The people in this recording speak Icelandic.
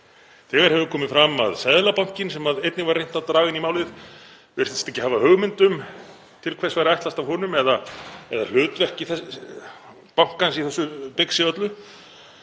Þegar hefur komið fram að Seðlabankinn, sem einnig var reynt að draga inn í málið, virtist ekki hafa hugmynd um til hvers væri ætlast af honum eða hlutverk bankans í þessu bixi öllu.